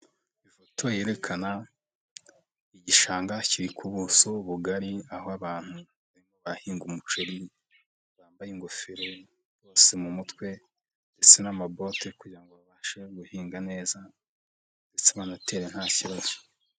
Ifoto yerekana igishanga kiri ku buso bugari, aho abantu bahinga umuceri, bambaye ingofero bose mu mutwe ndetse n'amaboti kugira ngo babashe guhinga neza ndetse banatere nta kibazo.